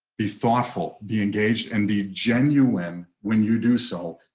be thoughtful be engaged and be genuine. when you do so,